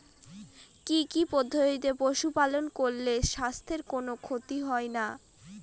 কি কি পদ্ধতিতে পশু পালন করলে স্বাস্থ্যের কোন ক্ষতি হয় না?